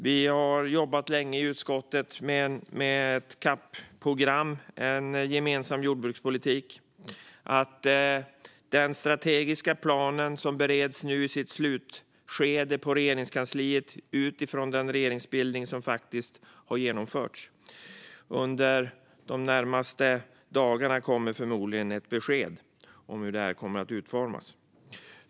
Vi har jobbat länge i utskottet med ett CAP-program, ett program för en gemensam jordbrukspolitik. Den strategiska planen är nu i slutskedet av sin beredning på Regeringskansliet utifrån den regeringsbildning som har genomförts. Under de närmaste dagarna kommer förmodligen ett besked om hur detta kommer att utformas.